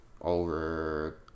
over